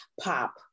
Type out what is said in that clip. pop